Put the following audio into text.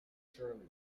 surely